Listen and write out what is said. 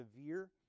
severe